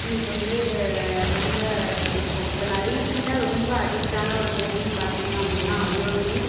எனக்கு வந்து ரொம்ப பிடிக்கும் இப்போ நான் ரீசென்ட்டாக ரொம்ப அடிக்ட்டான ஒரு மூவின்னு பார்த்திங்க அப்படின்னா அயோத்தி